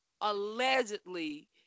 allegedly